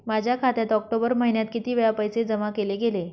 माझ्या खात्यात ऑक्टोबर महिन्यात किती वेळा पैसे जमा केले गेले?